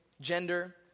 gender